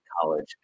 college